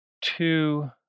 two